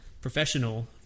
professional